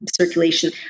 circulation